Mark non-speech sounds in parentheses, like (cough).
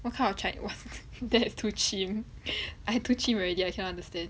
what kind chi~ (laughs) that's too chim (laughs) !aiya! too chim already I cannot understand